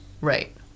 Right